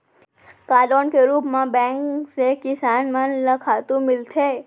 का लोन के रूप मा बैंक से किसान मन ला खातू मिलथे?